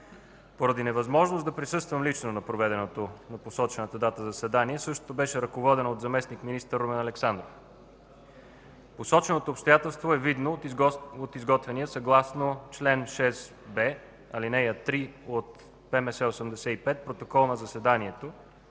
Поради невъзможност да присъствам лично на проведеното на посочената дата заседание същото беше ръководено от заместник министър Румен Александров. Посоченото обстоятелство е видно от изготвения съгласно чл. 6б, ал. 3 от ПМС № 85 протокол на заседанието,